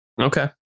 Okay